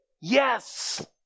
Yes